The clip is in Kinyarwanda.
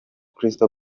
crystal